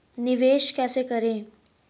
निवेश कैसे करें?